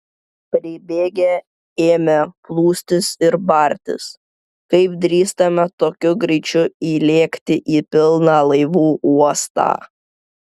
pribėgę ėmė plūstis ir bartis kaip drįstame tokiu greičiu įlėkti į pilną laivų uostą